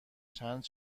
چند